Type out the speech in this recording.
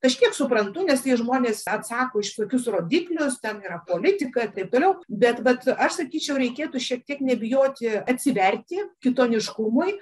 kažkiek suprantu nes tie žmonės atsako už tokius rodiklius ten yra politika ir toliau bet bet aš sakyčiau reikėtų šiek tiek nebijoti atsiverti kitoniškumui